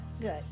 good